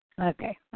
Okay